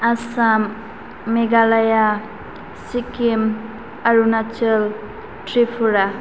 Assam Meghalaya Sikkim Arunachal Tripura